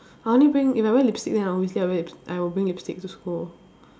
I only bring if I wear lipstick then obviously I wear I will bring lipstick to school